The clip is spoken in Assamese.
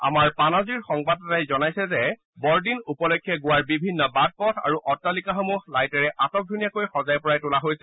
আমাৰ পানাজিৰ সংবাদদাতাই জনাইছে যে বৰদিন উপলক্ষে গোৱাৰ বিভিন্ন বাট পথ আৰু অট্টালিকাসমূহ লাইটেৰে আটকধুনীয়াকৈ সজাই পৰাই তুলিছে